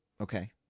Okay